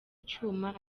icyuma